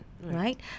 right